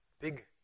big